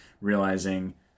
realizing